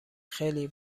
خیلی